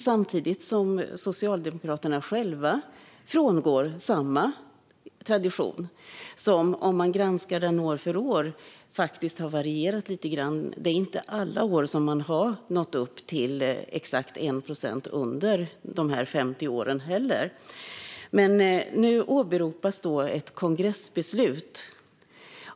Samtidigt frångår Socialdemokraterna själva samma tradition, och om man granskar den år för år ser man att den faktiskt har varierat lite grann. Det är inte alla år man har nått upp till exakt 1 procent under de här 50 åren heller. Nu åberopas ett kongressbeslut.